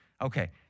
Okay